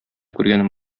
күргәнем